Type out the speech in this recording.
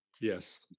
Yes